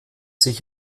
sich